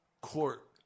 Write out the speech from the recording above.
court